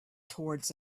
towards